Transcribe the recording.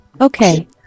Okay